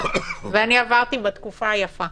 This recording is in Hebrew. ואני עברתי בתקופה היפה.